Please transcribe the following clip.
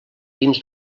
dins